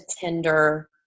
tender